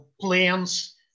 plans